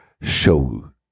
show